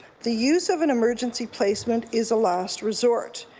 the use of an emergency placement is a last resort,